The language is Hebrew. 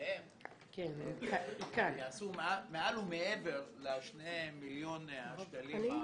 אוזניהם ויעשו מעל ומעבר ל-2 מיליון השקלים,